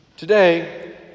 Today